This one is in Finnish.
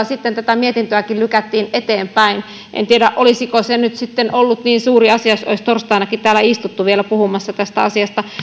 sitten tätä mietintöäkin lykättiin eteenpäin en tiedä olisiko se nyt sitten ollut niin suuri asia jos olisimme torstainakin täällä istuneet vielä puhumassa tästä asiasta